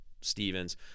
Stevens